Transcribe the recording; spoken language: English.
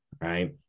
Right